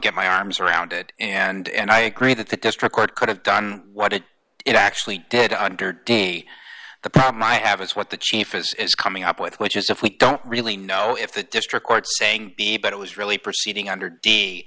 get my arms around it and i agree that the district court could have done what it actually did under d the problem i have is what the chief is coming up with which is if we don't really know if the district court saying b but it was really proceeding under d